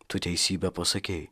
tu teisybę pasakei